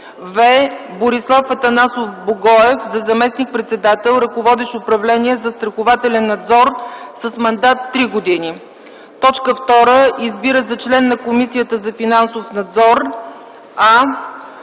в) Борислав Атанасов Богоев – за заместник-председател, ръководещ управление „Застрахователен надзор” с мандат 3 години. 2. Избира за член на Комисията за финансов надзор: а)